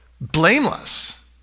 blameless